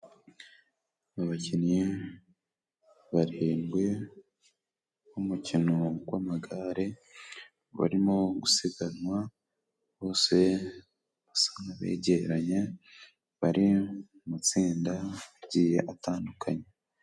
Abakinnyi barindwi b'umukino gw'amagare barimo gusiganwa bose basa n'abegeranye, bari matsinda agiye atandukanye.